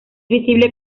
visible